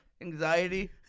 anxiety